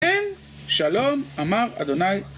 אין שלום, אמר ה'